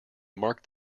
mark